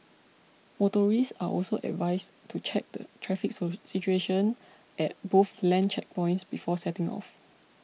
motorists are also advised to check the traffic situation at both land checkpoints before setting off